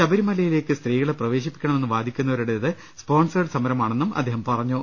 ശബരിമലയിലേക്ക് സ്ത്രീകളെ പ്രവേശിപ്പിക്കണമെന്ന് വാദിക്കുന്നവരുടേത് സ്പോൺസേഡ് സമര മാണെന്നും അദ്ദേഹം പറഞ്ഞു